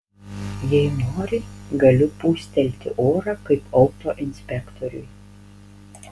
jei nori galiu pūstelti orą kaip autoinspektoriui